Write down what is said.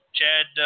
Chad